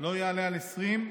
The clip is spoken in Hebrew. לא יעלה על 20,